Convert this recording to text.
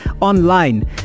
online